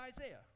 Isaiah